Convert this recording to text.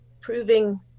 proving